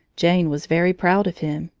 jane was very proud of him,